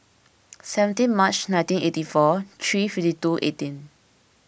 seventeen March nineteen eighty four three fifty two eighteen